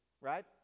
Right